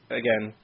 again